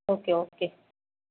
okay okay